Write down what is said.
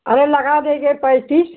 अरे लगा देंगे पैंतीस